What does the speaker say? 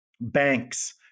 Banks